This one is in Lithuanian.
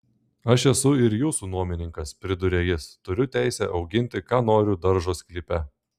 aš esu ir jūsų nuomininkas priduria jis turiu teisę auginti ką noriu daržo sklype